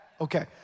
Okay